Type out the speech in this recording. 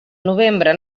novembre